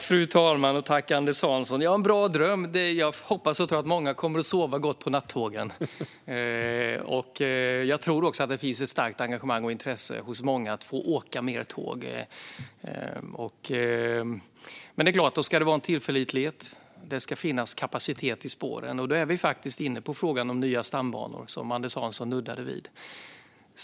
Fru talman! Tack, Anders Hansson! Det är en bra dröm. Jag hoppas och tror att många kommer att sova gott på nattågen. Jag tror också att det finns ett starkt engagemang och intresse hos många att få åka mer tåg. Men det ska vara tillförlitligt, och det ska finnas en kapacitet på spåren. Då är vi inne på frågan om nya stambanor, som Anders Hansson nuddade vid.